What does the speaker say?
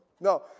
no